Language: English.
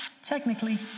Technically